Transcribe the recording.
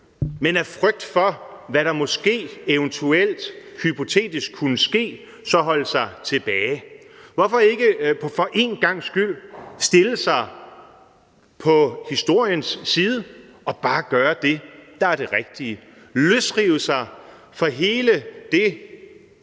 for af frygt for, hvad der måske, eventuelt, hypotetisk kunne ske, at holde sig tilbage? Hvorfor ikke for en gangs skyld stille sig på historiens side og bare gøre det, der er det rigtige – altså løsrive sig fra hele det